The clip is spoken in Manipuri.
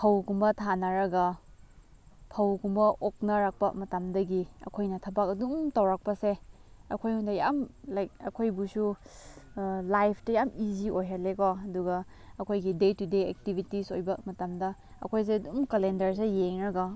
ꯐꯧꯒꯨꯝꯕ ꯊꯥꯅꯔꯒ ꯐꯧꯒꯨꯝꯕ ꯑꯣꯛꯅꯔꯛꯄ ꯃꯇꯝꯗꯒꯤ ꯑꯩꯈꯣꯏꯅ ꯊꯕꯛ ꯑꯗꯨꯝ ꯇꯧꯔꯛꯄꯁꯦ ꯑꯩꯈꯣꯏ ꯉꯣꯟꯗ ꯌꯥꯝ ꯂꯥꯏꯛ ꯑꯩꯈꯣꯏꯕꯨꯁꯨ ꯂꯥꯏꯐꯇ ꯌꯥꯝ ꯏꯖꯤ ꯑꯣꯏꯍꯜꯂꯦꯀꯣ ꯑꯗꯨꯒ ꯑꯩꯈꯣꯏꯒꯤ ꯗꯦ ꯇꯨ ꯗꯦ ꯑꯦꯛꯇꯤꯕꯤꯇꯤꯁ ꯑꯣꯏꯕ ꯃꯇꯝꯗ ꯑꯩꯈꯣꯏꯁꯦ ꯑꯗꯨꯝ ꯀꯂꯦꯟꯗꯔꯁꯦ ꯌꯦꯡꯂꯒ